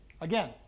again